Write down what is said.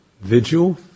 vigil